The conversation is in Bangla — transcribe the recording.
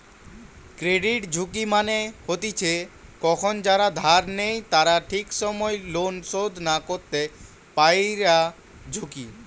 ক্রেডিট ঝুঁকি মানে হতিছে কখন যারা ধার নেই তারা ঠিক সময় লোন শোধ না করতে পায়ারঝুঁকি